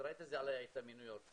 ראית איזו עליה הייתה מניו יורק,